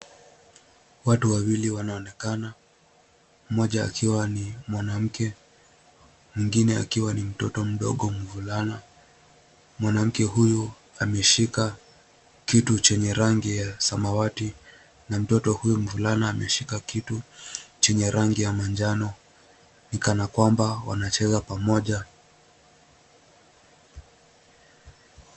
Watu wawili wanaonekana, mmoja akiwa ni mwanamke, mwingine akiwa ni mtoto mdogo mvulana. Mwanamke huyu ameshika kitu chenye rangi ya samawati na mtoto huyu mvulana ameshika kitu chenye rangi ya manjano. Ni na kana kwamba wanacheza pamoja.